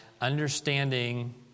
understanding